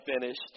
finished